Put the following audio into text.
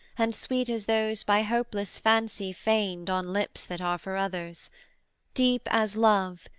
and sweet as those by hopeless fancy feigned on lips that are for others deep as love,